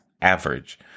average